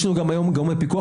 יש לנו היום גם גורמי פיקוח,